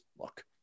look